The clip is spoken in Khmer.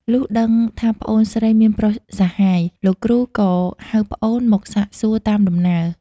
លុះដឹងថាប្អូនស្រីមានប្រុសសហាយ លោកគ្រូក៏ហៅប្អូនមកសាកសួរតាមដំណើរ ។